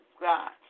God